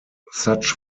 such